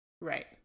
Right